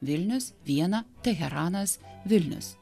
vilnius viena teheranas vilnius